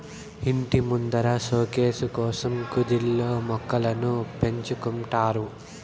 ఇంటి ముందర సోకేసు కోసం కుదిల్లో మొక్కలను పెంచుకుంటారు